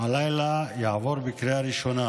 הלילה יעבור בקריאה ראשונה